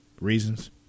reasons